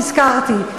נזכרתי.